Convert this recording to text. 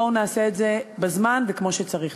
בואו נעשה את זה בזמן וכמו שצריך.